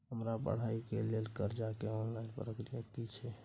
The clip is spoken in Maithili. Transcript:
हमरा पढ़ाई के लेल कर्जा के ऑनलाइन प्रक्रिया की छै?